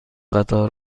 قطار